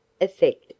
effect